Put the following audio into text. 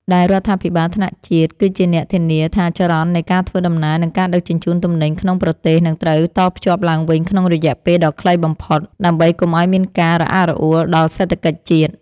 ដែលរដ្ឋាភិបាលថ្នាក់ជាតិគឺជាអ្នកធានាថាចរន្តនៃការធ្វើដំណើរ និងការដឹកជញ្ជូនទំនិញក្នុងប្រទេសនឹងត្រូវតភ្ជាប់ឡើងវិញក្នុងរយៈពេលដ៏ខ្លីបំផុត ដើម្បីកុំឱ្យមានការរអាក់រអួលដល់សេដ្ឋកិច្ចជាតិ។